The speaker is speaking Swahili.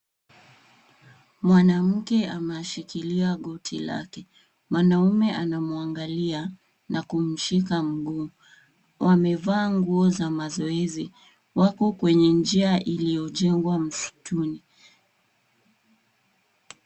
Mwanamke anashikilia goti lake. Mwanaume anamwangalia na kumshika mguu. Wamevaa nguo za mazoezi. Wako kwenye njia iliyojengwa msituni.